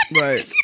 Right